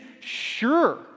sure